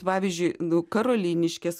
pavyzdžiui nu karoliniškės